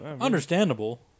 Understandable